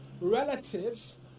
relatives